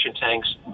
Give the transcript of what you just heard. tanks